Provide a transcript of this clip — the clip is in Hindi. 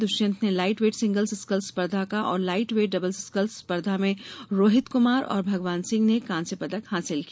द्वष्यंत ने लाइट वेट सिंगल्स स्कल्स स्पर्द्धा का और लाइट वेट डबल स्कल्स स्पर्द्धा में रोहित कुमार और भगवान सिंह ने कांस्य पदक हासिल किया